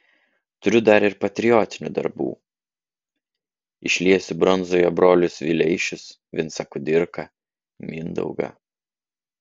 turiu dar ir patriotinių darbų išliesiu bronzoje brolius vileišius vincą kudirką mindaugą